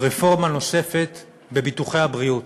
רפורמה נוספת בביטוחי הבריאות,